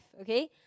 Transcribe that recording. okay